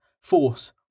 Force